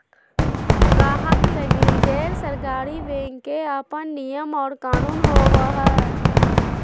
गाहक लगी गैर सरकारी बैंक के अपन नियम और कानून होवो हय